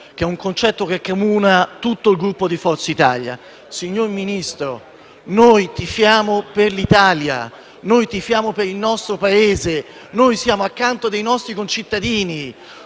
un concetto che accomuna tutto il Gruppo Forza Italia. Signor Ministro, noi tifiamo per l'Italia, noi tifiamo per il nostro Paese, noi siamo accanto ai nostri concittadini: